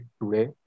today